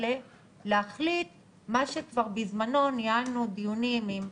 להחליט מה שכבר בזמנו ניהלנו דיונים עם פרופ'